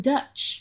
Dutch